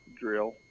drill